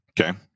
Okay